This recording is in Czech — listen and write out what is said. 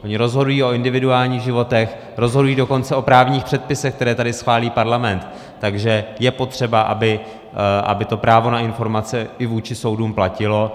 Ony rozhodují o individuálních životech, rozhodují dokonce o právních předpisech, které tady schválí parlament, takže je potřeba, aby to právo na informace i vůči soudům platilo.